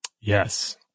Yes